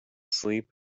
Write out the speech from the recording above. sleep